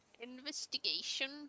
Investigation